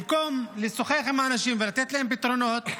במקום לשוחח עם האנשים ולתת להם פתרונות,